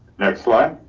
next slide.